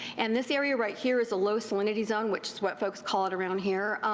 and this area right here is a low salinity zone, which is what folks call it around here,